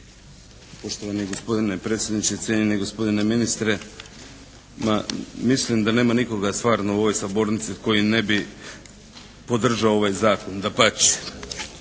Poštovani gospodine predsjedniče, cijenjeni gospodine ministre. Ma mislim da nema nikoga stvarno u ovoj sabornici koji ne bi podržao ovaj Zakon. Dapače.